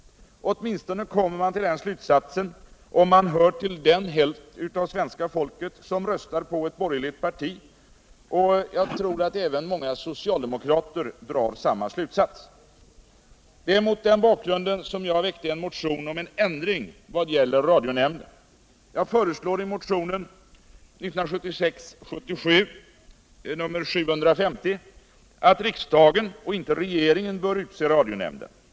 Åtminstone kommer man till den slutsatsen om man hör till den hälft av svenska folket som röstar på ett borgerligt parti, och jag tror att även många sociuldemokrater drar samma slutsats. Det är mot den bakgrunden jag väckt en motion om en ändring vad gäller radionämnden. Jag föreslår i motionen 1976/77:750 att riksdagen och inte regeringen bör utse radionämnden.